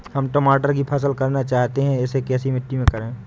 हम टमाटर की फसल करना चाहते हैं इसे कैसी मिट्टी में करें?